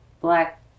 black